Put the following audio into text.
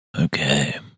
Okay